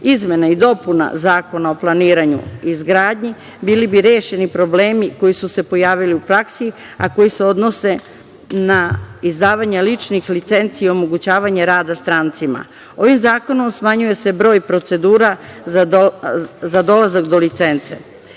izmena i dopuna Zakona o planiranju i izgradnji, bili bi rešeni problemi koji su se pojavili u praksi, a koji se odnose na izdavanje ličnih licenci i omogućavanja rada strancima. Ovim zakonom, smanjuje se broj procedura za dolazak do licence.